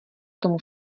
tomu